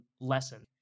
lesson